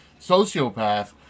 sociopath